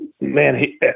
Man